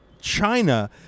China